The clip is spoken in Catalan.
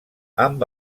amb